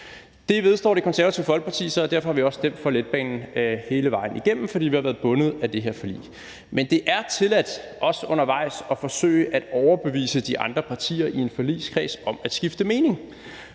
Det vedstår Det Konservative Folkeparti sig, og derfor har vi også stemt for letbanen hele vejen igennem, for vi har været bundet af det her forlig. Men det er tilladt også undervejs at forsøge at overbevise de andre partier i en forligskreds om at skifte mening.